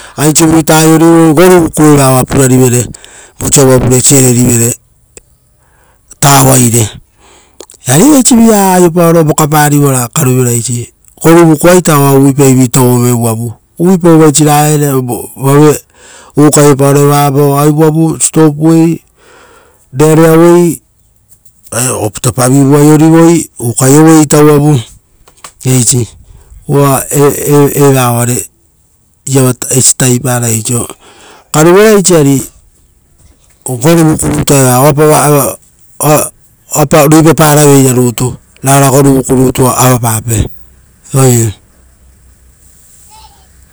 Aisivuita aiorivere vosa uva vure sererivere tauaire eari evaisiviraga aiopaoro vokaparivora karuveraisi. Goruvukuaita oaa uvuipa raa vii tovove uvavu uvuipai vaisi ragaiare aue ukaioparo evoa avapau, uvavu sitopu uei. Rereuei oputepavivu aiorivoi ukaioueita uvava eisi. Uva evaa oare iava eisi taviparai oisio, karuveiraisi ari goruvuku rutua eva oapa ruipaparaveira rutu. Rara goruvuku rutu avapape. Oii.